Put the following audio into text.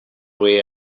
way